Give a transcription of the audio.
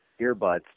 Earbuds